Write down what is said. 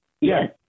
Yes